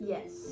Yes